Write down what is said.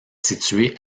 situé